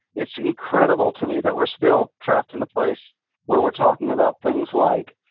it's incredible to me that we're still trapped in the place where we're talking about things like,